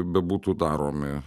bebūtų daromi